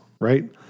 right